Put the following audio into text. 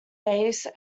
base